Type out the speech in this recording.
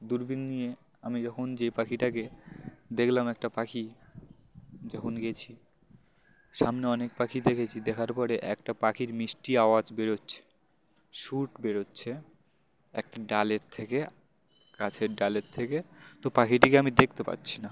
দূরবীন নিয়ে আমি যখন যেই পাখিটাকে দেখলাম একটা পাখি যখন গিয়েছি সামনে অনেক পাখি দেখেছি দেখার পরে একটা পাখির মিষ্টি আওয়াজ বেরোচ্ছে সুর বেরোচ্ছে একটা ডালের থেকে গাছের ডালের থেকে তো পাখিটিকে আমি দেখতে পাচ্ছি না